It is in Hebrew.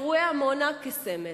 אירועי עמונה כסמל.